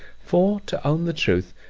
for, to own the truth,